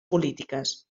polítiques